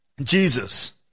Jesus